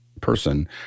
person